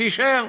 שיישאר.